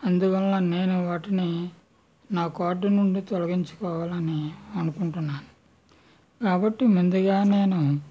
అందువల్ల నేను వాటిని నా కార్టు నుండి తొలగించుకోవాలని అనుకుంటున్నాను కాబట్టి ముందుగా నేను